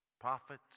prophets